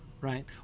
right